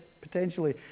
potentially